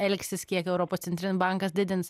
elgsis kiek europos centrinis bankas didins